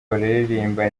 bararirimba